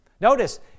Notice